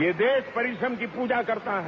ये देश परिश्रम की पूजा करता है